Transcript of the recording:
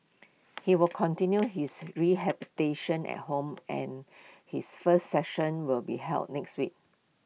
he will continue his re habitation at home and his first section will be held next week